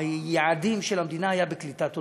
היעדים של המדינה היו בקליטת עולים.